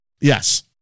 Yes